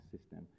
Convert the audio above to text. system